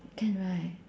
can right